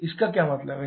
इसका क्या मतलब है